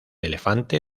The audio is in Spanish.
elefante